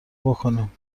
بکینم